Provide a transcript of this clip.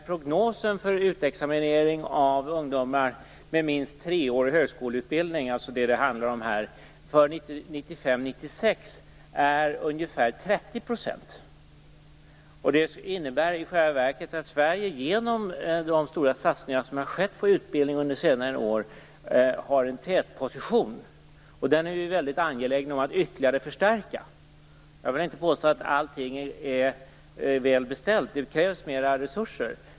Prognosen för utexaminering av ungdomar med minst treårig högskoleutbildning, som är vad detta handlar om, för 1995-1996 är ungefär 30 %. Det innebär i själva verket att Sverige genom de stora satsningar som har skett på utbildning under senare år har en tätposition. Den är vi angelägna om att ytterligare förstärka. Jag vill inte påstå att det är väl beställt med allting. Det krävs mer resurser.